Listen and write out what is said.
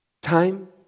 time